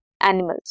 animals